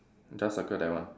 just circle that one